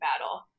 battle